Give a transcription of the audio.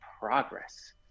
progress